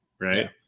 Right